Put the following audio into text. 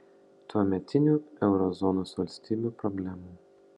tuometinių euro zonos valstybių problemų